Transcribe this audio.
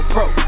Pro